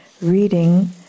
reading